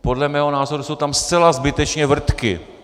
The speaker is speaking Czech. Podle mého názoru jsou tam zcela zbytečně vrtky.